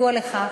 כידוע לך,